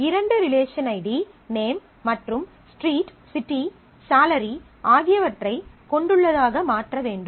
இரண்டு relation ID name மற்றும் street city salary ஆகியவற்றைக் கொண்டுள்ளதாக மாற்ற வேண்டும்